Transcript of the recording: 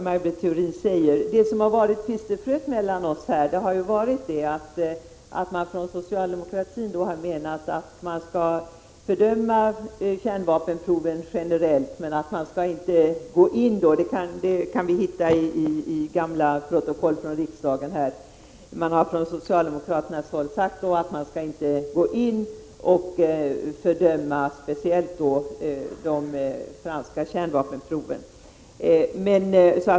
Herr talman! Det senaste som Maj Britt Theorin sade kan jag instämma i. Det som har varit tvistefröet mellan oss här har ju varit att socialdemokratin har menat att man skall fördöma kärnvapenproven generellt men att man — och det kan vi hitta i gamla riksdagsprotokoll — inte skall gå in och fördöma speciellt de franska kärnvapenproven.